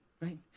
right